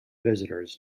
visitors